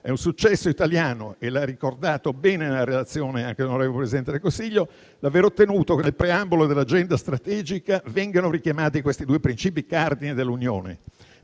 È un successo italiano - e l'ha ricordato bene nella relazione anche l'onorevole Presidente del Consiglio - l'aver ottenuto che, nel preambolo dell'Agenda strategica, vengano richiamati questi due princìpi cardine dell'Unione,